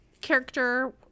character